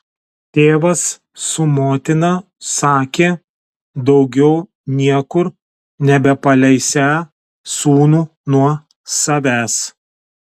tėvas su motina sakė daugiau niekur nebepaleisią sūnų nuo savęs